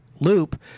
loop